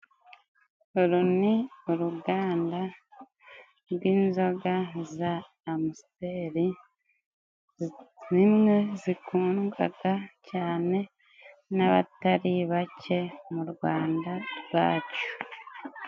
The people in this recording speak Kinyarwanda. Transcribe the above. Uru ni uruganda rw'inzoga za amsteri zimwe zikundwaga cyane n'abatari bake mu Rwanda rwacu.